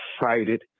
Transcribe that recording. excited